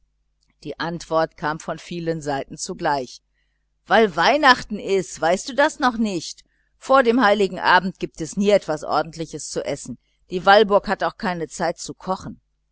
die antwort kam von vielen seiten zugleich weil weihnachten ist weißt du das noch nicht vor dem heiligen abend gibt es nie etwas ordentliches zu essen die walburg hat auch keine zeit zu kochen